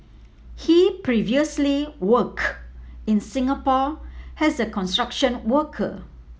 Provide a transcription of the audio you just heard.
he previously worked in Singapore as a construction worker